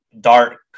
dark